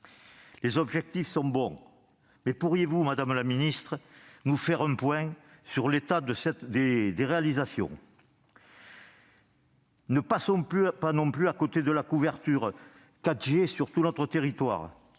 Les objectifs sont bons, mais pourriez-vous, madame la ministre, faire un point sur les réalisations ? Ne passons pas non plus à côté de la couverture de tout notre territoire